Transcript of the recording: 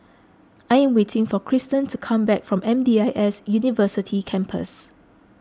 I am waiting for Kristen to come back from M D I S University Campus